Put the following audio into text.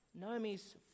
Naomi's